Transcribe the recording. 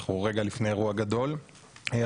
אנחנו רגע לפני רגע גדול עבורם.